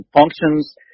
functions